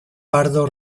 pardo